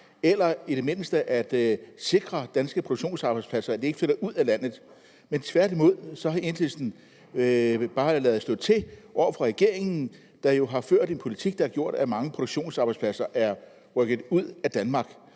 eller i det mindste sikre, at danske produktionsarbejdspladser ikke flytter ud af landet? Tværtimod har Enhedslisten bare ladet stå til over for regeringen, der jo har ført en politik, der har gjort, at mange produktionsarbejdspladser er rykket ud af Danmark.